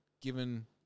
given